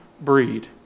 breed